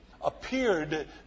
appeared